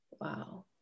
Wow